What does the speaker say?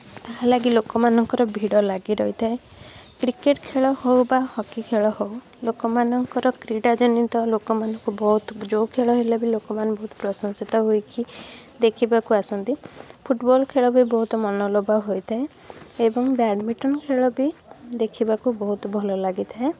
ହାଲାକି ଲୋକମାନଙ୍କର ଭିଡ ଲାଗିରହିଥାଏ କ୍ରିକେଟ୍ ଖେଳ ହେଉ ବା ହକି ଖେଳ ହେଉ ଲୋକମାନଙ୍କର କ୍ରୀଡା ଜନିତ ଲୋକମାନଙ୍କୁ ବହୁତ ଯେଉଁ ଖେଳ ହେଲେ ବି ଲୋକମାନେ ବହୁତ ପ୍ରଶଂସିତ ହୋଇକି ଦେଖିବାକୁ ଆସନ୍ତି ଫୁଟ୍ବଲ୍ ଖେଳ ବି ବହୁତ ମନଲୋଭା ହୋଇଥାଏ ଏବଂ ବ୍ୟାଡ଼୍ମିଣ୍ଟନ୍ ଖେଳ ବି ଦେଖିବାକୁ ବହୁତ ଭଲ ଲାଗିଥାଏ